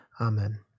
Amen